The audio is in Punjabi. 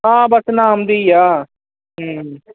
ਹਾਂ ਬਸ ਨਾਮ ਦੀ ਆ